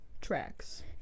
Tracks